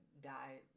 die